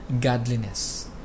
godliness